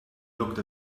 looked